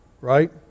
right